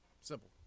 Simple